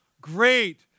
Great